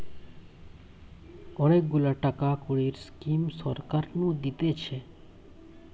অনেক গুলা টাকা কড়ির স্কিম সরকার নু দিতেছে